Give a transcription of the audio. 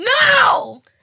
No